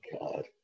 God